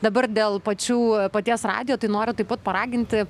dabar dėl pačių paties radijo tai noriu taip pat paraginti